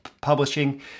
Publishing